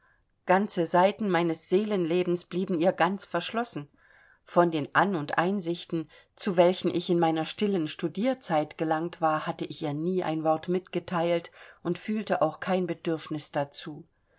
ganze seiten meines seelenlebens blieben ihr ganz verschlossen von den an und einsichten zu welchen ich in meiner stillen studienzeit gelangt war hatte ich ihr nie ein wort mitgeteilt und fühlte auch kein bedürfnis dazu